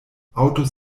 autos